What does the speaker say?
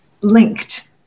linked